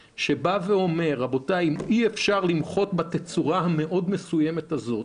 שאומרת שאם אי אפשר למחות בתצורה המאוד מסוימת הזאת